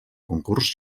concurs